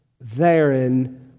Therein